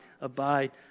abide